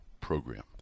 Program